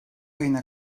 ayına